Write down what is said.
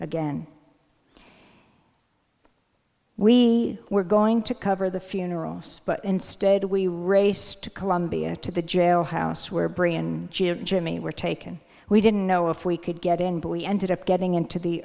again we were going to cover the funerals but instead we raced to columbia to the jailhouse where brayan jimmy were taken we didn't know if we could get in but we ended up getting into the